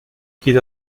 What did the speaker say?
kid